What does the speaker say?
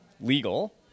legal